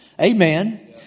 Amen